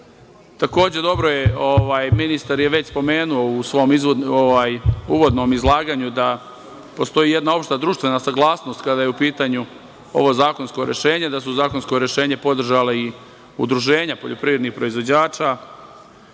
jasno. Takođe, dobro je, ministar je već spomenuo u svom uvodnom izlaganju da postoji jedna opšta društvena saglasnost kada je u pitanju ovo zakonsko rešenje i da su zakonsko rešenje podržala udruženja poljoprivrednih proizvođača. Ovo